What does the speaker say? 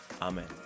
amen